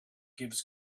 gives